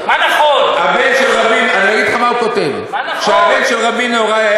לחברי עפר שלח אמרו: זאת העגלה המלאה.